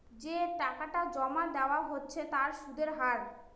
যে টাকাটা জমা দেওয়া হচ্ছে তার সুদের হার